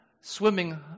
swimming